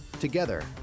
Together